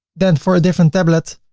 then for a different tablet,